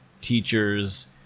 teachers